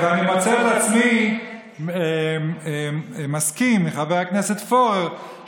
ואני מוצא את עצמי מסכים עם חבר הכנסת פורר,